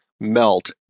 Melt